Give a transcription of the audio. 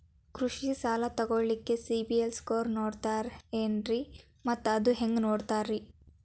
ಕೃಷಿ ಸಾಲ ತಗೋಳಿಕ್ಕೆ ಸಿಬಿಲ್ ಸ್ಕೋರ್ ನೋಡ್ತಾರೆ ಏನ್ರಿ ಮತ್ತ ಅದು ಹೆಂಗೆ ನೋಡ್ತಾರೇ?